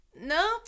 No